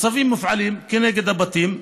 הצווים מופעלים כנגד הבתים,